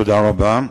תודה רבה.